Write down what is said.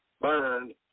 burned